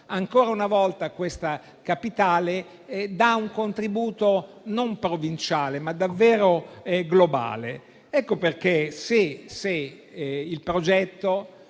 Ancora una volta questa Capitale dà un contributo non provinciale ma davvero globale. Non sappiamo se il progetto